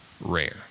rare